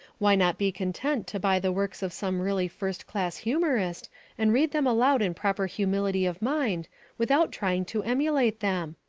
why not be content to buy the works of some really first-class humourist and read them aloud in proper humility of mind without trying to emulate them?